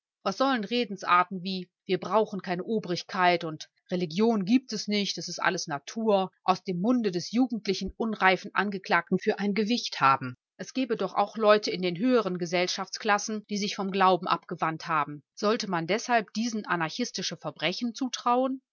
was sollen redensarten wie wir brauchen keine obrigkeit und religion gibt es nicht es ist alles natur aus dem munde des jugendlichen unreifen angeklagten für ein gewicht haben es gebe doch auch leute in den höheren gesellschaftsklassen die sich vom glauben abgewandt haben sollte man deshalb diesen anarchistische verbrechen zutrauen